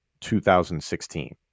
2016